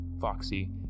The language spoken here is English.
Foxy